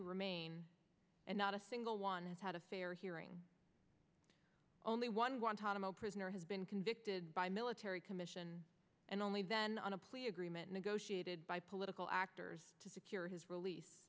who remain and not a single one has had a fair hearing only one wanted him a prisoner has been convicted by military commission and only then on a plea agreement negotiated by political actors to secure his release